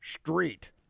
Street